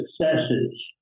successes